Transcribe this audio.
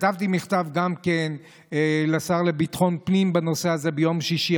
גם כתבתי מכתב לשר לביטחון הפנים בנושא הזה ביום שישי,